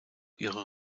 ihre